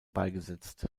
beigesetzt